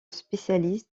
spécialise